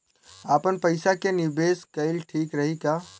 आपनपईसा के निवेस कईल ठीक रही का?